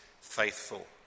faithful